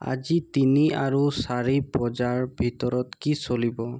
আজি তিনি আৰু চাৰি বজাৰ ভিতৰত কি চলিব